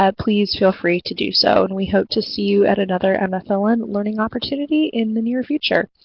ah please feel free to do so. and, we hope to see you at another mfln and so and learning opportunity in the near future.